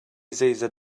zeizat